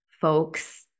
folks